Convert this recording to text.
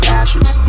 ashes